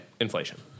inflation